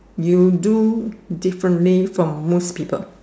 you do differently from most people